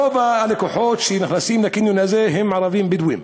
רוב הלקוחות שנכנסים לקניון הזה הם ערבים בדואים.